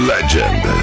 Legend